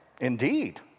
indeed